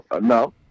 No